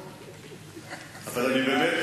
קיבלנו את החוברת של השנה שעברה בספר בכריכה